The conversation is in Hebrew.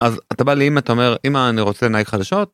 אז אתה בא לאמא, אתה אומר, אמא אני רוצה נייק חדשות.